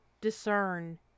discern